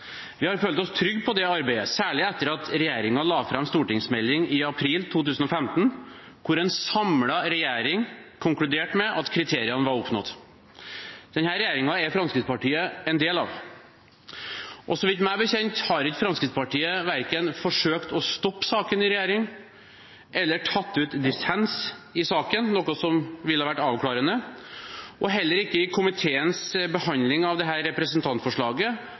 Vi har følt oss trygge på det arbeidet, særlig etter at en samlet regjering la fram en stortingsmelding i april 2015 hvor man konkluderte med at kriteriene var oppnådd. Denne regjeringen er Fremskrittspartiet en del av. Meg bekjent har ikke Fremskrittspartiet forsøkt å stoppe saken i regjering eller tatt ut dissens i saken, noe som ville vært avklarende, og heller ikke i komiteens behandling av dette representantforslaget